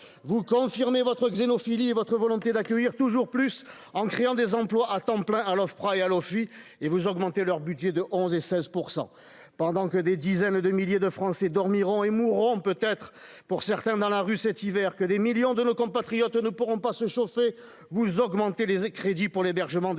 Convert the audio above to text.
vous confirmez votre Xeno, votre volonté d'accueillir toujours plus en créant des emplois à temps plein à l'Ofpra et et vous augmenter leur budget de 11 et 16 % pendant que des dizaines de milliers de Français dormiront et mourront peut être pour certains, dans la rue cet hiver que des millions de nos compatriotes ne pourront pas se chauffer, vous augmentez les et crédit pour l'hébergement des demandeurs